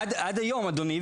עד היום, אדוני.